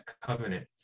covenant